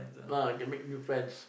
ah can make new friends